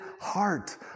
heart